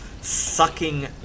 sucking